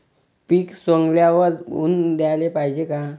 पीक सवंगल्यावर ऊन द्याले पायजे का?